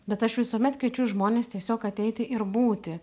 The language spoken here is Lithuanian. bet aš visuomet kviečiu žmones tiesiog ateiti ir būti